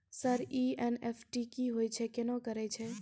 Sir NEFT की होय छै, केना करे छै?